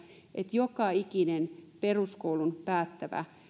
että joka ikinen peruskoulun päättävä